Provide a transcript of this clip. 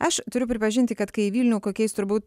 aš turiu pripažinti kad kai į vilnių kokiais turbūt